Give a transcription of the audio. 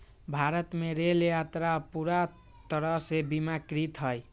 भारत में रेल यात्रा अब पूरा तरह से बीमाकृत हई